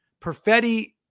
Perfetti